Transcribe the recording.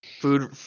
Food